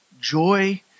Joy